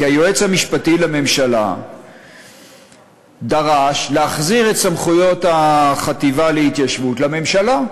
כי היועץ המשפטי לממשלה דרש להחזיר את סמכויות החטיבה להתיישבות לממשלה.